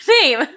name